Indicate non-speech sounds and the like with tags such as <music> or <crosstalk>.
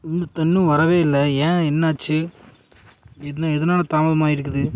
இன்னு <unintelligible> வரவே இல்லை ஏன் என்னாச்சு என்ன எதனால் தாமதாமாயிருக்குது